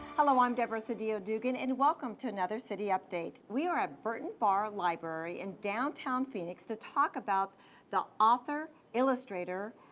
hello, i'm deborah sedillo dugan, and welcome to another city update. we are at burton barr library in downtown phoenix to talk about the author, illustrator,